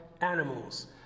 animals